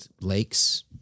lakes